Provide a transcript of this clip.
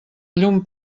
llum